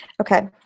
Okay